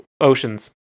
oceans